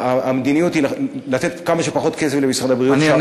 שהמדיניות היא לתת כמה שפחות כסף למשרד הבריאות.